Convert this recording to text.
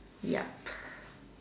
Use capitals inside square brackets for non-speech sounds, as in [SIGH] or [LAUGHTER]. yup [NOISE]